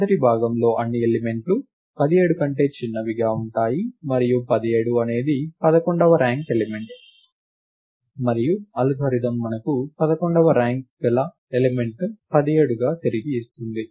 మొదటి భాగంలో అన్ని ఎలిమెంట్ లు 17 కంటే చిన్నవి గా ఉంటాయి మరియు 17 అనేది పదకొండవ ర్యాంక్ ఎలిమెంట్ మరియు అల్గోరిథం మనకి పదకొండవ ర్యాంక్ గల ఎలిమెంట్ని 17 గా తిరిగి ఇస్తుంది